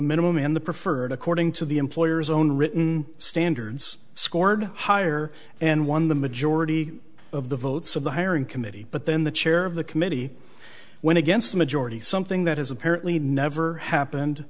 minimum and the preferred according to the employer's own written standards scored higher and won the majority of the votes of the hiring committee but then the chair of the committee went against the majority something that is apparently never happened